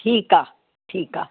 ठीकु आहे ठीकु आहे